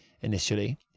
initially